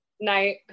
Night